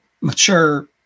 mature